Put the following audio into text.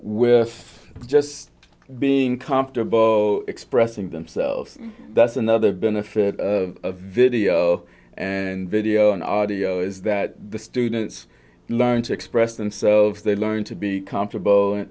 with just being comfortable expressing themselves that's another benefit of video and video and audio is that the students learn to express themselves they learn to be comfortable